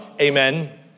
amen